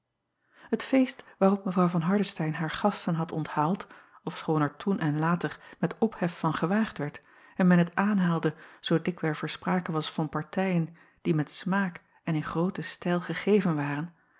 et feest waarop w van ardestein hare gasten had onthaald ofschoon er toen en later met ophef van gewaagd werd en men het aanhaalde zoo dikwerf er sprake was van partijen die met smaak en in grooten stijl gegeven waren